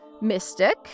mystic